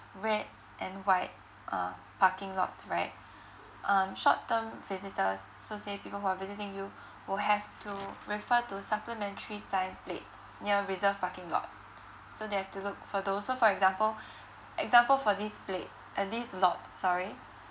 red and white uh parking lots right um short term visitors so say people who are visiting you will have to refer to supplementary sign plates near reserved parking lots so they have to look for those so for example example for these plates uh these lots sorry